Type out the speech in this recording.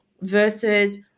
versus